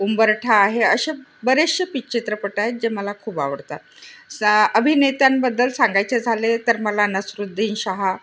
उंबरठा आहे असे बरेचशे पिक चित्रपट आहेत जे मला खूप आवडतात सा अभिनेत्यांबद्दल सांगायचे झाले तर मला नसिरुद्दीन शहा